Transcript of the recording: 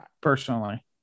personally